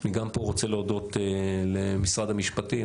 אני גם פה רוצה להודות למשרד המשפטים,